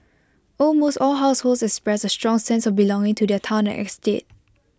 almost all households expressed A strong sense of belonging to their Town and estate